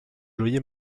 loyer